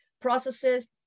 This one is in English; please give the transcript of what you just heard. processes